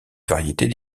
variétés